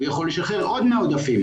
הוא יכול לשחרר עוד מהעודפים.